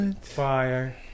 fire